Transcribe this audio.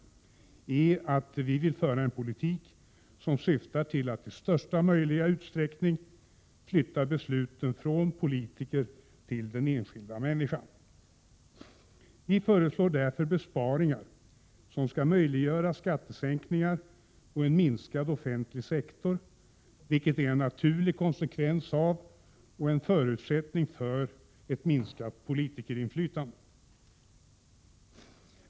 på skolområdet att vi vill föra en politik, som syftar till att i största möjliga utsträckning flytta besluten från politikerna till den enskilda människan. Vi föreslår därför besparingar, som skall möjliggöra skattesänkningar och en minskad offentlig sektor, vilket är en naturlig konsekvens av och en förutsättning för ett minskat politikerinflytande.